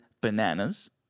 bananas